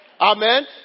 Amen